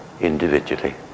individually